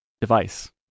device